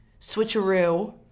switcheroo